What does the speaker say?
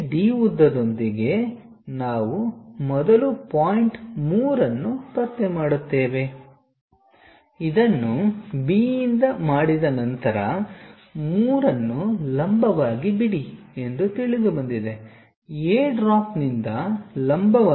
ಈ D ಉದ್ದದೊಂದಿಗೆ ನಾವು ಮೊದಲು ಪಾಯಿಂಟ್ 3 ಅನ್ನು ಪತ್ತೆ ಮಾಡುತ್ತೇವೆ ಇದನ್ನು B ಯಿಂದ ಮಾಡಿದ ನಂತರ 3 ಅನ್ನು ಲಂಬವಾಗಿ ಬಿಡಿ ಎಂದು ತಿಳಿದುಬಂದಿದೆ A ಡ್ರಾಪ್ನಿಂದ ಲಂಬವಾಗಿ